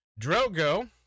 Drogo